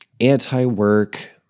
Anti-work